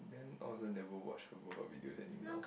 then I also never watch her workout videos anymore